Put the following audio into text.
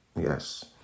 Yes